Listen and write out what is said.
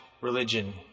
religion